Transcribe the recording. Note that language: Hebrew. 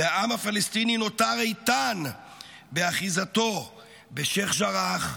והעם הפלסטיני נותר איתן באחיזתו בשייח ג'ראח,